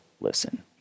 listen